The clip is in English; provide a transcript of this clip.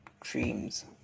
Dreams